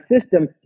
system